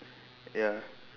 ya